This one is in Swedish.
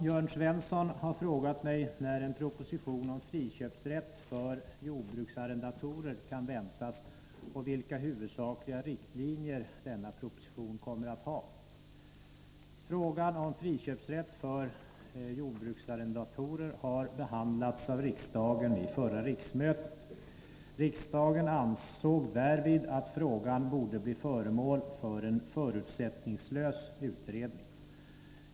Jörn Svensson har frågat mig när en proposition om friköpsrätt för jordbruksarrendatorer kan väntas och vilka huvudsakliga riktlinjer denna proposition kommer att ha. Frågan om friköpsrätt för jordbruksarrendatorer har behandlats av riksdagen vid förra riksmötet . Riksdagen ansåg därvid att frågan borde bli föremål för en förutsättningslös utredning.